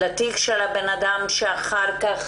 לתיק של הבן אדם שאחר כך,